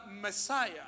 Messiah